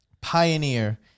pioneer